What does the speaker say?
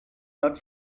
not